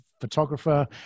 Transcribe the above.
photographer